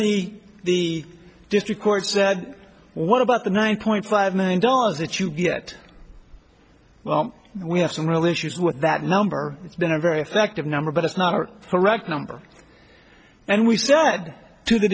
the the district court said what about the nine point five million dollars that you get well we have some real issues with that number it's been a very effective number but it's not a correct number and we said to the